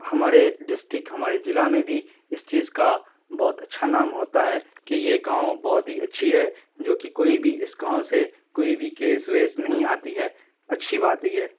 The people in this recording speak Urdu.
ہمارے ڈسٹرکٹ ہمارے ضلع میں بھی اس چیز کا بہت اچھا نام ہوتا ہے کہ یہ گاؤں بہت ہی اچھی ہے جوکہ کوئی بھی اس گاؤں سے کوئی بھی کیس ویس نہیں آتی ہے اچھی بات ہے یہ